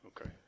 Okay